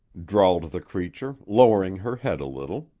drawled the creature, lowering her head a little.